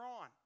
on